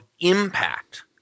impact